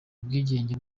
ubwigenge